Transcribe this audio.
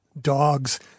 dogs